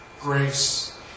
grace